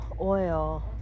oil